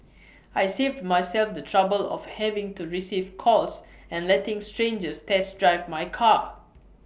I saved myself the trouble of having to receive calls and letting strangers test drive my car